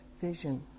vision